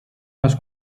unes